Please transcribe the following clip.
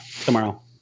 tomorrow